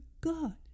God